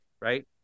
right